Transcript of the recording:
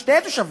שני תושבים,